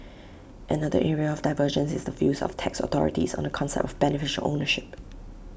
another area of divergence is the views of tax authorities on the concept of beneficial ownership